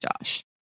Josh